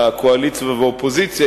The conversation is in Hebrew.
מהקואליציה והאופוזיציה,